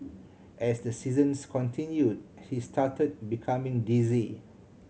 as the sessions continued he started becoming dizzy